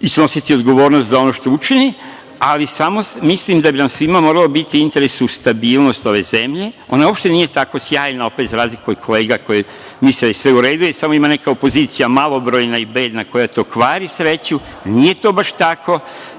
i snositi odgovornost za ono što učini, ali samo mislim da bi nam svima morala biti u interesu stabilnost ove zemlje. Ona uopšte nije tako sjajna, opet za razliku od kolega koji misle da je sve u redu i da samo ima neka opozicija, malobrojna i bedna, koja kvari sreću. Nije to baš tako,